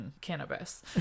cannabis